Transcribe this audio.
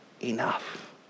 enough